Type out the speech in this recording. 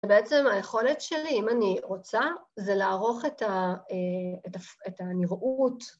ובעצם היכולת שלי, אם אני רוצה, זה לערוך את הנראות.